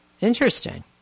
Interesting